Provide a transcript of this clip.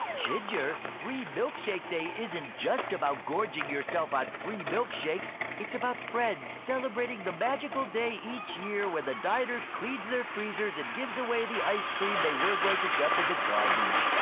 ginger, free milkshake day isn't just about gorging yourself on free milkshakes. it's about friends celebrating the magical day each year when the diner cleans their freezers and gives away the ice cream they were going to dump in the garbage. yeah,